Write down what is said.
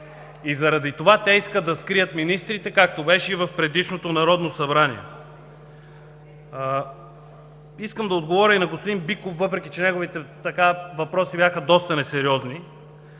И заради това те искат да скрият министрите, както беше и в предишното Народно събрание. Искам да отговоря и на господин Биков, въпреки че неговите въпроси бяха доста несериозни.